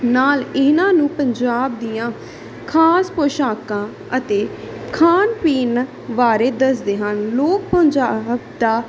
ਨਾਲ ਇਹਨਾਂ ਨੂੰ ਪੰਜਾਬ ਦੀਆਂ ਖਾਸ ਪੌਸ਼ਾਕਾਂ ਅਤੇ ਖਾਣ ਪੀਣ ਬਾਰੇ ਦੱਸਦੇ ਹਨ ਲੋਕ ਪੰਜਾਬ ਦਾ